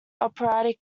operatic